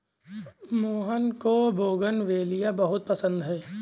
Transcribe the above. मोहन को बोगनवेलिया बहुत पसंद है